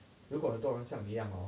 如果很多人像你一样 orh